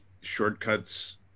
shortcuts